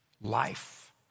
life